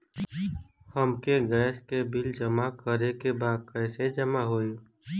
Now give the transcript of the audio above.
हमके गैस के बिल जमा करे के बा कैसे जमा होई?